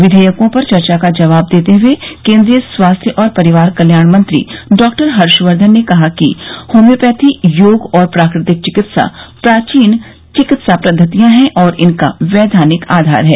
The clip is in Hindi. विधेयकों पर चर्चा का जवाब देते हए केन्द्रीय स्वास्थ्य और परिवार कल्याण मंत्री डॉ हर्षवर्धन ने कहा कि होम्योपैथी योग और प्राकृतिक चिकित्सा प्राचीन चिकित्सा पद्वतियां हैं और इनका वैज्ञानिक आधार है